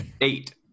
Eight